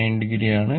9 o